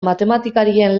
matematikarien